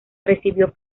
recibió